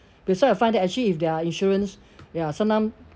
that's why I find that actually if their insurance ya sometime